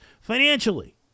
financially